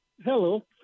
Hello